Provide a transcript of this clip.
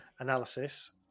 Analysis